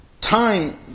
time